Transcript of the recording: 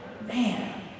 Man